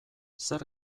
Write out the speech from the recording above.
zer